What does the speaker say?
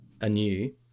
anew